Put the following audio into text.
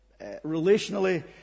relationally